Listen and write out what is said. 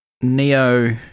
Neo